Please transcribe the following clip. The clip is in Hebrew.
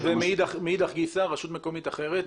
מאידך גיסא, רשות מקומית אחרת?